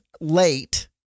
late